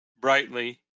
brightly